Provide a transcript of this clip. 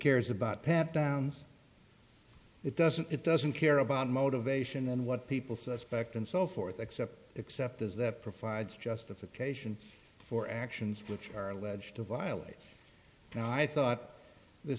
cares about pat downs it doesn't it doesn't care about motivation and what people suspect and so forth except except as that for fides justification for actions which are alleged to violate and i thought th